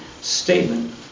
statement